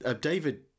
David